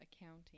accounting